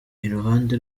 iruhande